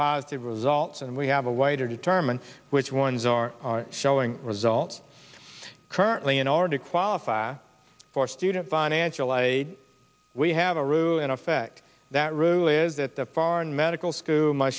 positive results and we have a way to determine which ones are showing results currently in order to qualify for student by natural aid we have a rule in effect that rule is that the foreign medical school m